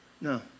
No